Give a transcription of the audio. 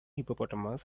hippopotamus